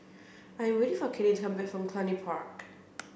I waiting for Kaylynn to come back from Cluny Park